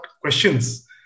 questions